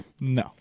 No